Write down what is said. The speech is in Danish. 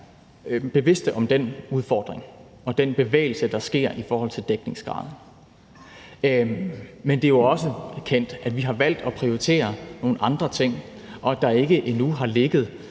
bevidste om den udfordring og den bevægelse, der sker i forhold til dækningsgraden. Men det er jo også kendt, at vi har valgt at prioritere nogle andre ting, og at der endnu ikke har ligget